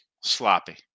sloppy